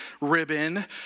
ribbon